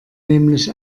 nämlich